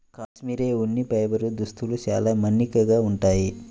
cashmere ఉన్ని fibre దుస్తులు చాలా మన్నికగా ఉంటాయి